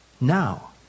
now